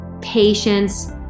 patience